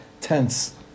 tense